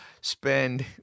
spend